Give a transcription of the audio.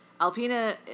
Alpina